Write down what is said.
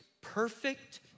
perfect